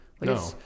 No